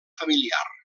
familiar